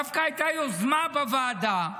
דווקא הייתה יוזמה בוועדה,